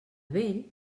vell